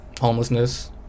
homelessness